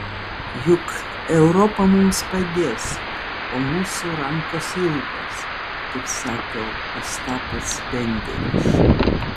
juk europa mums padės o mūsų rankos ilgos kaip sakė ostapas benderis